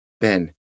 Ben